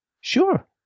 sure